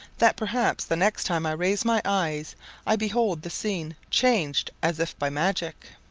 that perhaps the next time i raise my eyes i behold the scene changed as if by magic.